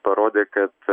parodė kad